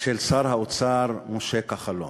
של שר האוצר משה כחלון.